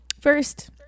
First